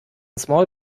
small